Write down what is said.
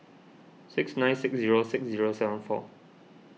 six nine six zero six zero seven four